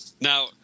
Now